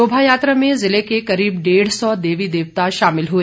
शोभा यात्रा में ज़िले के करीब डेढ़ सौ देवी देवता शामिल हुए